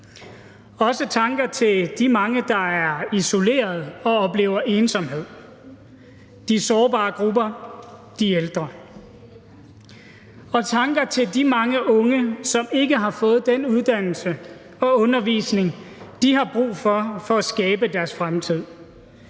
også tanker til de mange, der er isoleret og oplever ensomhed, de sårbare grupper, de ældre; og tanker til de mange unge, som ikke har fået den uddannelse og undervisning, de har brug for, for at skabe deres fremtid.